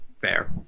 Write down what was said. Fair